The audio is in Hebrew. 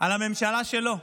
על הממשלה שלו.